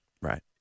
Right